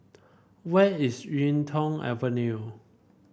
where is YuK Tong Avenue